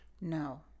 No